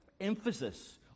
emphasis